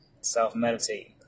Self-meditate